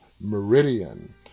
Meridian